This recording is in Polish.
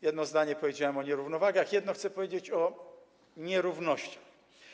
Jedno zdanie powiedziałem o nierównowagach, jedno chcę powiedzieć o nierównościach.